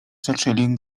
zaczęli